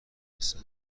رسه